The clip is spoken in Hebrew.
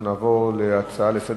אנחנו נעבור להצעה הבאה לסדר-היום: